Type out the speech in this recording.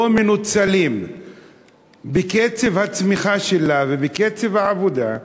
מנוצלים בקצב הצמיחה שלה ובקצב העבודה,